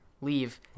leave